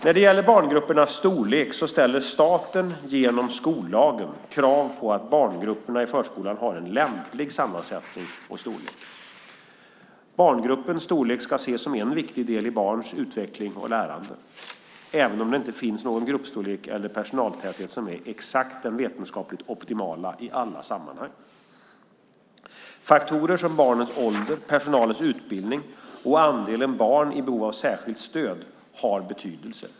När det gäller barngruppernas storlek ställer staten genom skollagen krav på att barngrupperna i förskolan har en lämplig sammansättning och storlek. Barngruppens storlek ska ses som en viktig del i barns utveckling och lärande, även om det inte finns någon gruppstorlek eller personaltäthet som är exakt den vetenskapligt optimala i alla sammanhang. Faktorer som barnens ålder, personalens utbildning och andelen barn i behov av särskilt stöd har betydelse.